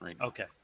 Okay